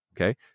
okay